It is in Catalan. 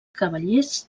cavallers